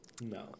no